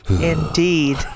Indeed